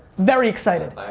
very excited.